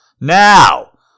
Now